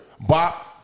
Bop